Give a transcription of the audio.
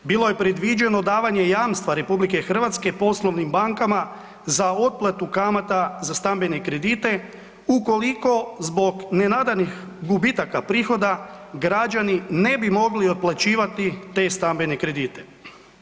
Bilo je predviđeno davanje jamstva RH poslovnim bankama za otplatu kamata za stambene kredite ukoliko zbog nenadanih gubitaka prihoda građani ne bi mogli otplaćivati te stambene kredite.